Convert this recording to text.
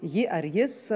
ji ar jis